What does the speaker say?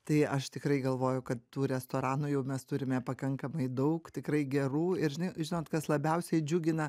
tai aš tikrai galvoju kad tų restoranų jau mes turime pakankamai daug tikrai gerų ir žinai žinot kas labiausiai džiugina